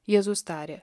jėzus tarė